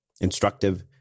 instructive